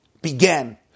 began